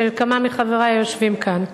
של כמה מחברי היושבים כאן.